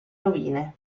rovine